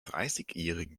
dreißigjährigen